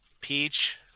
peach